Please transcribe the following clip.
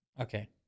Okay